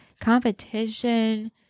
Competition